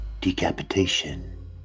decapitation